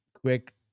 quick